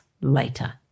later